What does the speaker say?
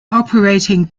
operating